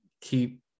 Keep